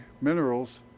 minerals